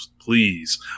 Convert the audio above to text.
please